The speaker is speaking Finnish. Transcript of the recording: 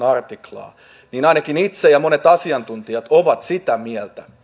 artiklaa niin ainakin itse olen ja monet asiantuntijat ovat sitä mieltä